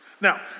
Now